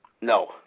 No